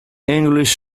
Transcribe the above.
english